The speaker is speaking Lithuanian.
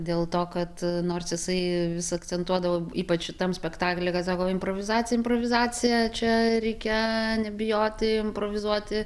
dėl to kad nors jisai vis akcentuodavo ypač šitam spektakly kad sako improvizacija improvizacija čia reikia nebijoti improvizuoti